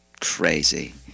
crazy